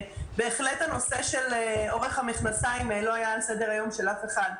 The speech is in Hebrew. בהחלט הנושא של אורך המכנסיים לא היה על סדר היום של אף אחד.